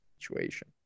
situation